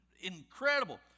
incredible